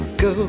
go